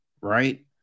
right